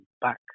back